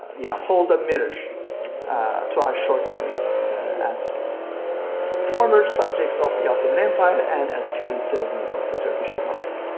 you know, hold a mirror to our shortcomings as former subjects of the ottoman empire and as current citizens of the turkish republic.